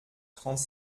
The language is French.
trente